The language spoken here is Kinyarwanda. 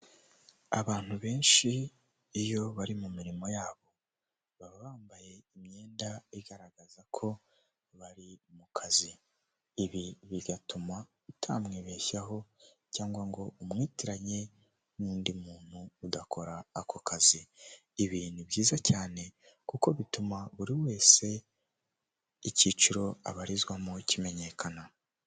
Abantu benshi iyo bari mu mirimo yabo baba bambaye imyenda igaragaza ko bari mu kazi, ibi bigatuma utamwibeshyaho cyangwa ngo umwitiranye n'undi muntu udakora ako kazi. Ibi ni byiza cyane kuko bituma buri wese icyiciro abarizwamo kimenyekana.